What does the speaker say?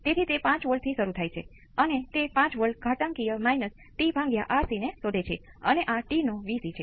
તેથી તેનો અર્થ શું છે અને તે સ્થિતિમાં સર્કિટનું શું થાય છે જ્યારે V s 0 હોય